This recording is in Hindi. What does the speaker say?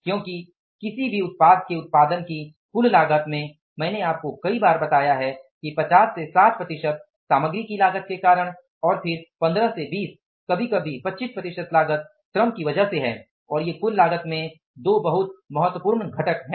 क्योंकि किसी भी उत्पाद के उत्पादन की कुल लागत में मैंने आपको कई बार बताया कि 50 से 60 प्रतिशत सामग्री की लागत के कारण और फिर 15 से 20 25 प्रतिशत लागत श्रम की वजह से है और ये कुल लागत में दो बहुत महत्वपूर्ण घटक हैं